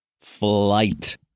flight